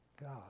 God